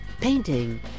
painting